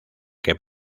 que